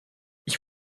ich